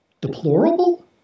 deplorable